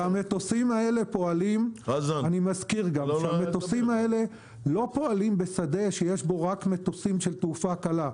אני מזכיר שהמטוסים האלה לא פועלים בשדה שיש בו רק מטוסים של תעופה קלה,